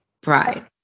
Pride